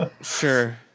Sure